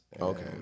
okay